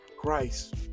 Christ